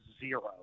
zero